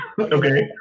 Okay